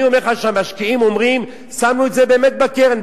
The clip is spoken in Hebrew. אני אומר לך שהמשקיעים אומרים: שמנו את זה באמת בקרן,